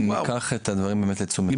ניקח את הדברים באמת לתשומת לב.